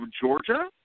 Georgia